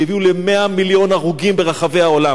שהביאו ל-100 מיליון הרוגים ברחבי העולם.